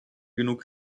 genug